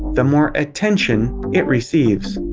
the more attention it receives.